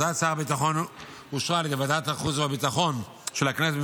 הכרזת שר הביטחון אושרה על ידי ועדת החוץ והביטחון של הכנסת.